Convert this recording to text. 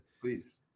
please